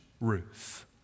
Ruth